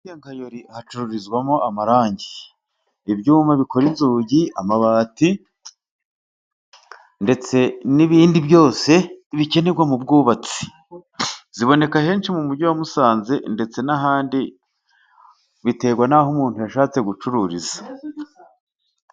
Muri kenkayori hacururizwamo amarangi, ibyuma bikora inzugi, amabati ndetse n'ibindi byose bikenerwa mu bwubatsi. Ziboneka henshi mu mujyi wa Musanze, ndetse n'ahandi, biterwa n'aho umuntu yashatse gucururiza.